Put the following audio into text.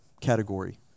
category